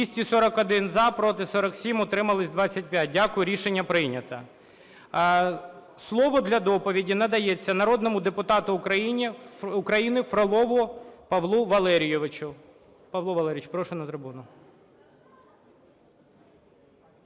241 – за, проти – 47, утримались – 25. Дякую, рішення прийнято. Слово для доповіді надається народному депутату України Фролову Павлу Валерійовичу. Павло Валерійович, прошу на трибуну.